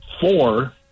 four